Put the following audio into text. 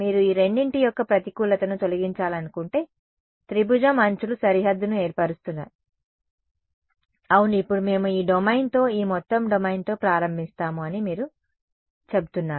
మీరు ఈ రెండింటి యొక్క ప్రతికూలతను తొలగించాలనుకుంటే త్రిభుజం అంచులు సరిహద్దును ఏర్పరుస్తాయి అవును ఇప్పుడు మేము ఈ డొమైన్తో ఈ మొత్తం డొమైన్తో ప్రారంభిస్తాము అని మీరు చెబుతున్నారు